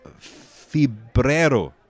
Fibrero